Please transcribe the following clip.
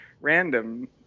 random